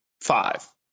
five